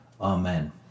amen